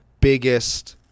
biggest